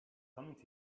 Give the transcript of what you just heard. coming